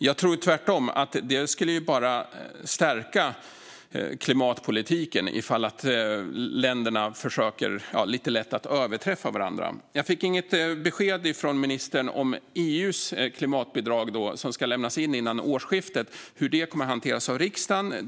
Jag tror tvärtom att det bara skulle stärka klimatpolitiken ifall länderna lite lätt försökte överträffa varandra. Jag fick inget besked från ministern om hur EU:s klimatbidrag, som ska lämnas in före årsskiftet, kommer att hanteras av riksdagen.